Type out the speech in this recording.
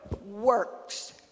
works